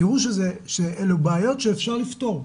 תראו שאלה הן בעיות שאפשר לפתור,